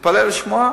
תתפלא לשמוע,